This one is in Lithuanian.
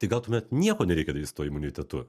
tai gal tuomet nieko nereikia daryti su tuo imunitetu